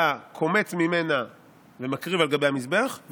היה קומץ ממנה ומקריב על גבי המזבח,